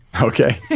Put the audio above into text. Okay